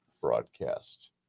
broadcast